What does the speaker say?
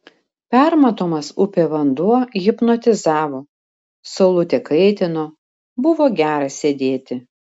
permatomas upė vanduo hipnotizavo saulutė kaitino buvo gera sėdėti